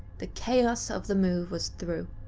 the chaos of the move was through,